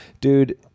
dude